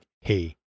hey